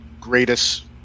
greatest